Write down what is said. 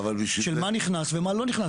של מה נכנס ומה לא נכנס.